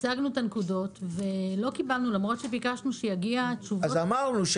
הצגנו את הנקודות ולמרות שביקשנו לקבל תשובות לא קיבלנו אותן.